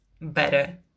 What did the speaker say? better